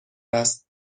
است